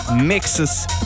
mixes